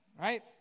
right